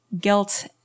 guilt